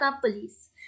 police